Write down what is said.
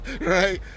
right